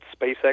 SpaceX